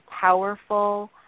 powerful